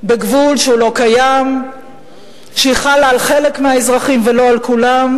בה בגבול שהוא לא קיים והיא חלה על חלק מהאזרחים ולא על כולם.